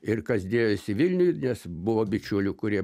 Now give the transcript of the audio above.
ir kas dėjosi vilniuj nes buvo bičiulių kurie